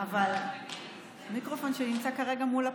אבל המיקרופון שלי נמצא כרגע מול הפה.